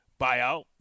buyout